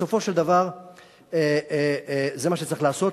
בסופו של דבר זה מה שצריך לעשות,